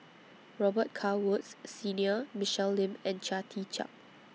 Robet Carr Woods Senior Michelle Lim and Chia Tee Chiak